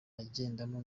agendamo